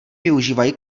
využívají